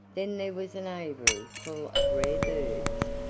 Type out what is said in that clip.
then there was an aviary full of rare birds,